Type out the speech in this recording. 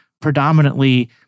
predominantly